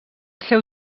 seu